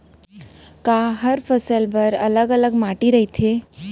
का हर फसल बर अलग अलग माटी रहिथे?